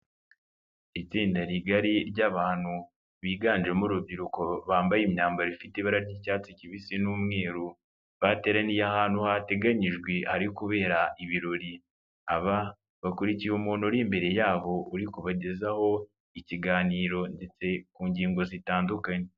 Itsinda rigari ry'abantu biganjemo urubyiruko bambaye imyambaro ifite ibara ry'icyatsi kibisi n'umweru. Bateraniye ahantu hateganyijwe hari kubera ibirori. Aba bakurikiye umuntu uri imbere yabo uri kubagezaho ikiganiro ndetse ku ngingo zitandukanye.